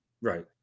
Right